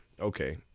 okay